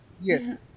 Yes